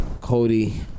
Cody